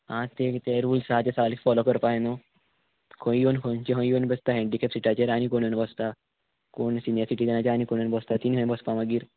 आं ते ते रुल्स आहा ते सारके फोलो करपा जाय न्हू खंय येवन खंयचे खंय येवन बसता हँडिकेप सिटाचेर आनी कोण येवन बसता कोण सिनियर सिटीजनाचेर आनी कोण येवन बसता तिणी खंय बसपा मागीर